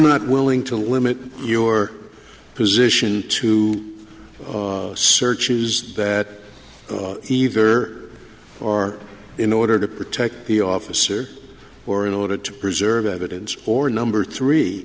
not willing to limit your position to searches that either you are in order to protect the officer or in order to preserve evidence or number three